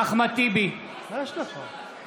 (קורא בשמות חברי הכנסת)